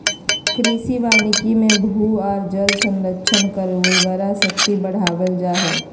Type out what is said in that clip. कृषि वानिकी मे भू आर जल संरक्षण कर उर्वरा शक्ति बढ़ावल जा हई